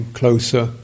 closer